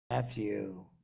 Matthew